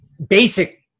Basic